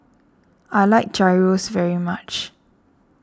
I like Gyros very much